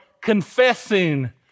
confessing